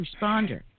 responder